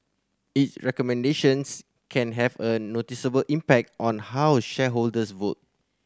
its recommendations can have a noticeable impact on how shareholders vote